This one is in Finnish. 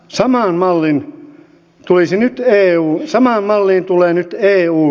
samaan malliin tulee nyt eukin toimia